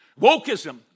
Wokeism